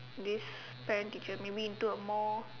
this parent teacher maybe into a more